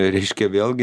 reiškia vėlgi